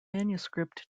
manuscript